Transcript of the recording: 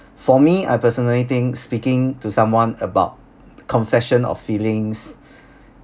for me I personally think speaking to someone about confession of feelings